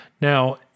Now